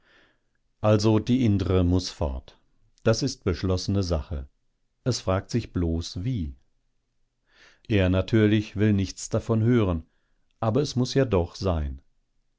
also die indre muß fort das ist beschlossene sache es fragt sich bloß wie er natürlich will nichts davon hören aber es muß ja doch sein